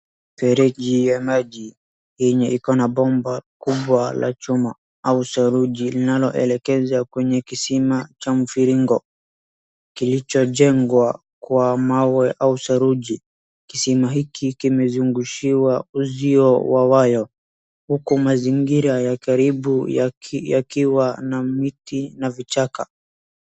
Mfereji ya maji yenye ikona bomba kubwa la chuma au saruji linaloelekeza kwenye kisima cha mviringo kilichoengwa kwa mawe au saruji ,kisima hiki kimezungushiwa uzio wa wayo uku mazingira ya karibu yakiwa na miti na vichaka .